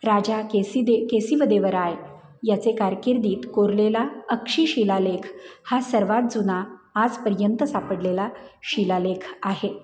राजा केसीदे केसिवदेवराय याचे कारकिर्दीत कोरलेला अक्षी शिलालेख हा सर्वात जुना आजपर्यंत सापडलेला शिलालेख आहे